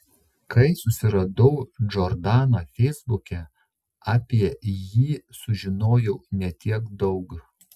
kai susiradau džordaną feisbuke apie jį sužinojau ne tiek daug